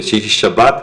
בשישי-שבת,